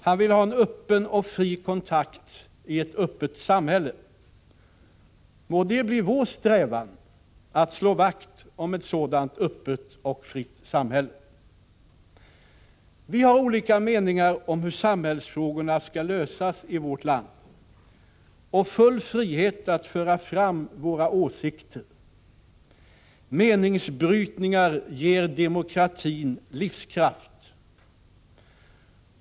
Han ville ha en öppen och fri kontakt i ett öppet samhälle. Må det bli vår strävan att slå vakt om ett sådant öppet och fritt samhälle! Vi har olika meningar om hur samhällsfrågorna skall lösas i vårt land och full frihet att föra fram våra åsikter. Meningsbrytningar ger demokratin livskraft.